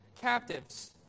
captives